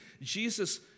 Jesus